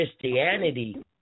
Christianity